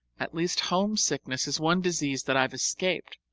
at least homesickness is one disease that i've escaped!